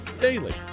daily